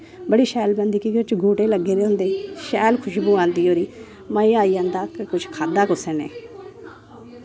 बड़ी शैल बनदी की के ओह्दे च गोह्ट्टे लग्गे दे होंदे शैल खश्बू आंदी ओह्दी मज़ा आई जंदा कि कुछ खाद्धा कुसै नै